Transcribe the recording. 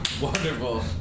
wonderful